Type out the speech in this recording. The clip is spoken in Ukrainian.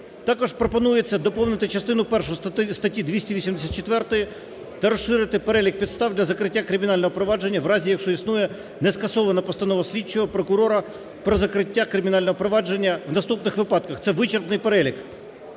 Також пропонується доповнити частину першу статті 284 та розширити перелік підстав для закриття кримінального провадження в разі, якщо існує не скасована постанова слідчого, прокурора про закриття кримінального провадження в наступних випадках, це вичерпний перелік.